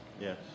Yes